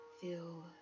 feel